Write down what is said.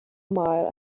mile